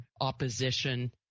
opposition